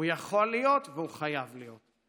הוא יכול להיות והוא חייב להיות.